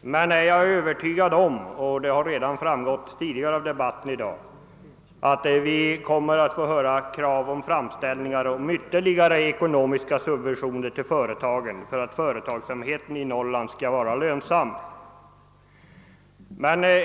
men jag är övertygad om — detta har också framgått av den tidigare: debatten — att vi kommer att få höra krav på ytterligare ekonomiska subventioner till företagen för att företagsamheten i Norrland skall bli lönsam.